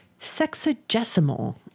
sexagesimal